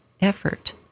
effort